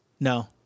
No